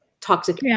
toxic